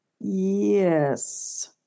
Yes